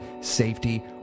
safety